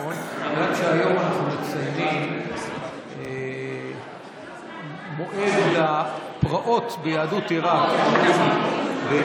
את יודעת שהיום אנחנו מציינים מועד לפרעות ביהדות עיראק ב-1941.